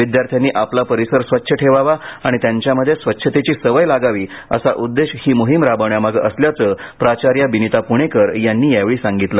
विद्यार्थीनी आपला परिसर स्वच्छ ठेवावा आणि त्यांच्यामध्ये स्वच्छतेची सवय लागावी असा उददेश हि मोहीम राबवण्यामागे असल्याचे प्राचार्या बिनिता पुणेकर यांनी यावेळी सांगितलं